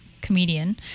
comedian